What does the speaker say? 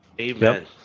Amen